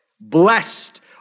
blessed